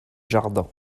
jardin